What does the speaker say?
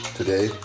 today